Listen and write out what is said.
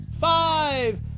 five